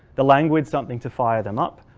the language something to fire them up,